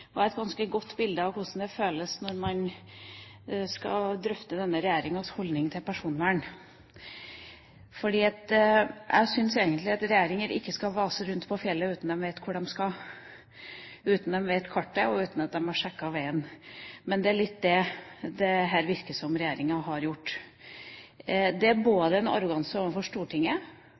et ganske godt bilde av hvordan det føles når man skal drøfte denne regjeringas holdning til personvern. Jeg syns egentlig at regjeringer ikke skal vase rundt på fjellet uten å vite hvor de skal – uten å kjenne kartet, uten å ha sjekket veien. Men det virker litt som om regjeringa har gjort det. Dette er både en arroganse overfor Stortinget